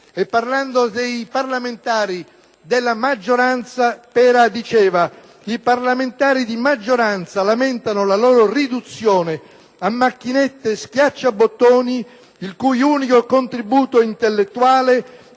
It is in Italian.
Parlando dei parlamentari della maggioranza, diceva: «I parlamentari di maggioranza lamentano la loro riduzione a macchinette schiacciabottoni il cui unico contributo intellettuale